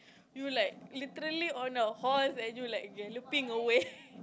you like literally on a horse and you like galloping away